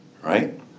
right